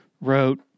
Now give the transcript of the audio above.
wrote